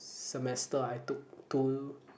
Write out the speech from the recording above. semester I took two